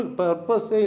purpose